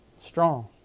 strong